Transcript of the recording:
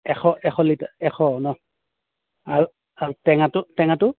এশ এশ লিটাৰ এশ ন আৰু আৰু টেঙাটো টেঙাটো